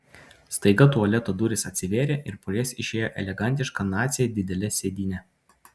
staiga tualeto durys atsivėrė ir pro jas išėjo elegantiška nacė didele sėdyne